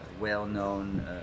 well-known